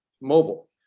mobile